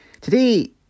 Today